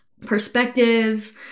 perspective